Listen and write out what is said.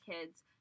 kids